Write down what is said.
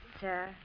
sir